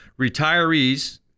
retirees